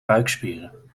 buikspieren